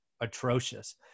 atrocious